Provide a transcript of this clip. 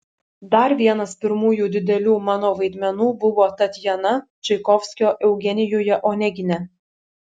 dar vienas pirmųjų didelių mano vaidmenų buvo tatjana čaikovskio eugenijuje onegine